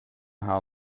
how